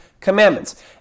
Commandments